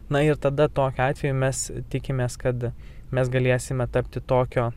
na ir tada tokiu atveju mes tikimės kad mes galėsime tapti tokio